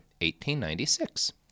1896